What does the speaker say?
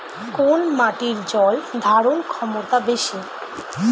কোন মাটির জল ধারণ ক্ষমতা বেশি?